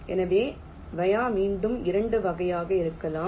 எனவே வயா மீண்டும் 2 வகைகளாக இருக்கலாம்